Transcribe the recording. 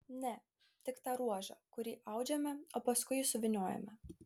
ne tik tą ruožą kurį audžiame o paskui jį suvyniojame